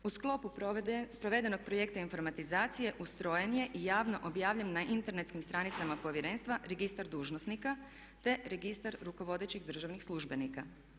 U sklopu provedenog projekta informatizacije ustrojen je i javno objavljen na internetskim stranicama Povjerenstva registar dužnosnika, te registar rukovodećih državnih službenika.